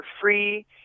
free